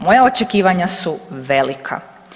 Moja očekivanja su velika.